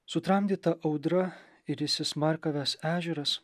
sutramdyta audra ir įsismarkavęs ežeras